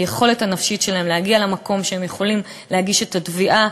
היכולת הנפשית שלהם להגיע למקום שהם יכולים להגיש את התביעה,